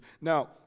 Now